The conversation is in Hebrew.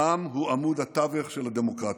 העם הוא עמוד התווך של הדמוקרטיה.